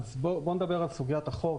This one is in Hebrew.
אז בוא נדבר על סוגיית החוב,